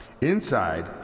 Inside